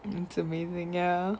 it's amazing ya